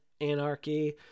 Anarchy